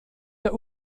der